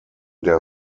der